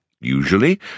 Usually